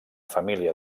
família